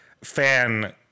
fan